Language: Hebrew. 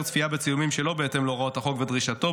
צפייה בצילומים שלא בהתאם להוראות החוק ודרישתו.